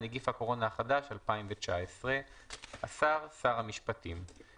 נגיף הקורונה החדש 2019. "השר" שר המשפטים,